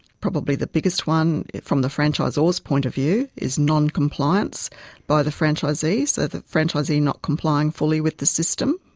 probably the biggest one from the franchisor's point of view is non-compliance by the franchisee, so the franchisee not complying fully with the system.